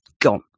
gone